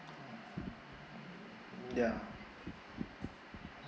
ya